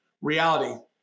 reality